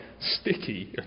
sticky